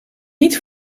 niet